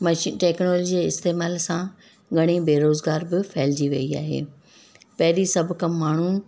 मशी टेक्नोलॉजीअ जे इस्तेमाल सां घणी बेरोज़गारी बि फैलिजी वई आहे पहिरीं सभु कमु माण्हू